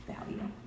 value